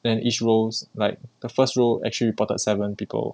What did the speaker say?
then each row like the first row actually reported seven people